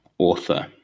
author